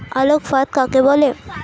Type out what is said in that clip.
আলোক ফাঁদ কাকে বলে?